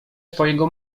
twojego